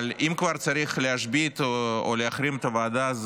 אבל אם כבר צריך להשבית או להחרים את הוועדה,